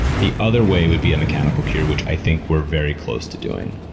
the other way would be a mechanical cure, which i think we are very close to doing.